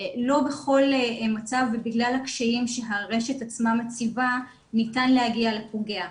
לא בכל מצב ובגלל הקשיים שהרשת עצמה מציבה ניתן להגיע לפוגע,